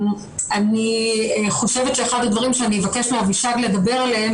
אני חושבת שאחד הדברים שאני אבקש מאבישג לדבר עליהם